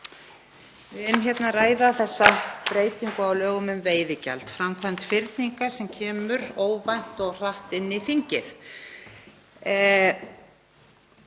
Við erum að ræða þessa breytingu á lögum um veiðigjald, framkvæmd fyrninga, sem kemur óvænt og hratt inn í þingið.